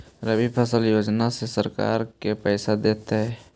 रबि फसल योजना में सरकार के पैसा देतै?